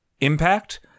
impact